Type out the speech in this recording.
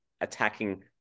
attacking